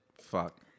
fuck